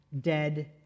dead